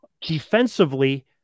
Defensively